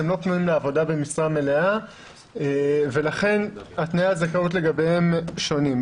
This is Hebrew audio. הם לא פנויים לעבודה במשרה מלאה ולכן תנאי הזכאות לגביהם שונים.